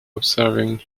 observing